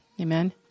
Amen